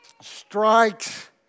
strikes